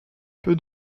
peu